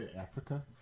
Africa